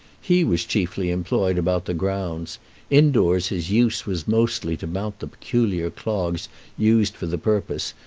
he was chiefly employed about the grounds in-doors his use was mostly to mount the peculiar clogs used for the purpose,